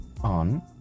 on